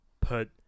put